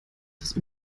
des